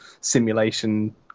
simulation